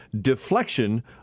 deflection